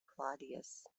claudius